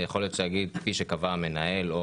יכול להיות שאפשר להגיד כפי שקבע המנהל או